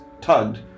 tugged